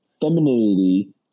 femininity